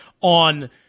on